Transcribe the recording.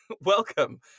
welcome